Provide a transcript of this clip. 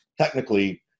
technically